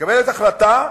מקבלת החלטה,